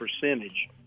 percentage